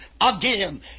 again